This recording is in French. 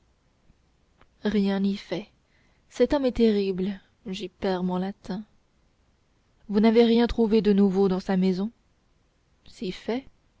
rien n'y fait cet homme est terrible j'y perds mon latin vous n'avez rien trouvé de nouveau dans sa maison si fait